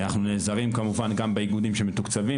אנחנו נעזרים כמובן גם באיגודים שמתוקצבים